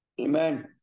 Amen